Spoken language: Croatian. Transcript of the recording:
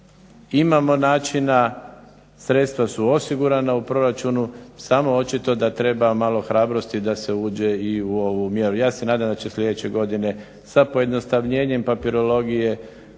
imamo načina, sredstva su osigurana u proračunu, samo očito da treba malo hrabrosti da se uđe i u ovu mjeru. Ja se nadam da će sljedeće godine sa pojednostavljenjem papirologije,